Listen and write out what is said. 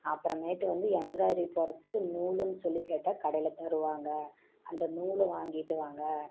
அப்புறமேட்டு வந்து எம்முராய்ரி போடுறதுக்கு நூலுன்னு சொல்லி கேட்டால் கடையில் தருவாங்க அந்த நூலை வாங்கிட்டு வாங்க